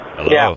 Hello